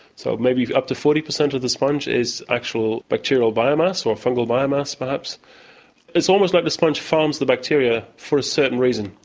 so maybe up to forty percent of the sponge is actual bacterial biomass or fungal biomass, and it's almost like the sponge farms the bacteria for a certain reason,